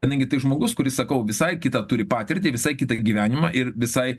kadangi tai žmogus kuris sakau visai kitą turi patirtį visai kitą gyvenimą ir visai